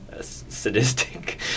sadistic